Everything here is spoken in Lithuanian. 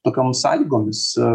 tokiom sąlygomis